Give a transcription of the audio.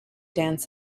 dance